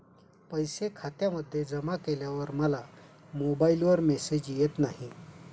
पैसे खात्यामध्ये जमा केल्यावर मला मोबाइलवर मेसेज येत नाही?